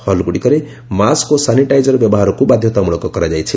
ହଲ୍ଗୁଡ଼ିକରେ mask ଓ sanitiser ବ୍ୟବହାରକୁ ବାଧ୍ୟତାମୂଳକ କରାଯାଇଛି